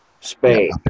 Spain